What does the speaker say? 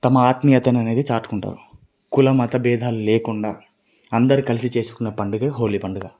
తమ ఆత్మీయతను అనేది చాటుకుంటారు కుల మత భేదాలు లేకుండా అందరు కలిసి చేసుకునే పండుగే హోలీ పండుగ